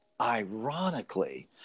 ironically